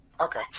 Okay